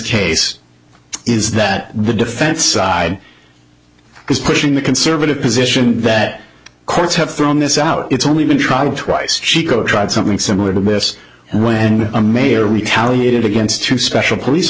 case is that the defense side because pushing the conservative position that courts have thrown this out it's only been tried twice chico tried something similar to this and when a mayor retaliated against two special police